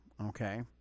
okay